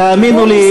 תאמינו לי,